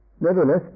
nevertheless